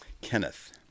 Kenneth